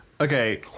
Okay